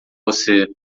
você